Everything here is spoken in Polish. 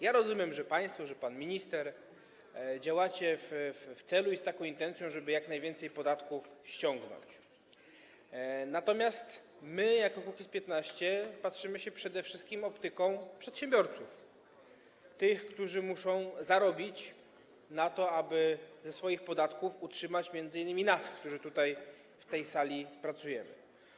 Ja rozumiem, że państwo, że pan minister, że działacie w tym celu i z taką intencją, żeby jak najwięcej podatków ściągnąć, natomiast my jako Kukiz’15 patrzymy na to, przede wszystkim przyjmując optykę przedsiębiorców, tych, którzy muszą zarobić na to, aby ze swoich podatków utrzymać m.in. nas, którzy tutaj, w tej sali, pracujemy.